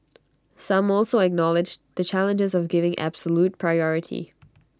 some also acknowledged the challenges of giving absolute priority